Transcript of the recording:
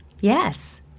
Yes